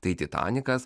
tai titanikas